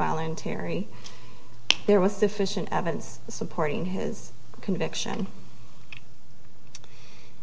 voluntary there was sufficient evidence supporting his conviction